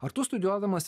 ar tu studijuodamas